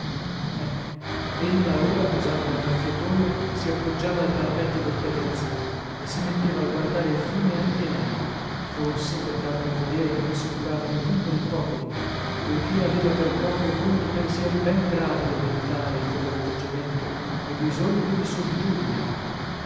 ecco ella ora posato lannaffiatojo si appoggiava al parapetto del terrazzino e si metteva a guardare il fiume anche lei forse per darmi a vedere che non si curava né punto né poco di me poiché aveva per proprio conto pensieri ben gravi da meditare in quellatteggiamento e bisogno di solitudine